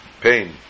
pain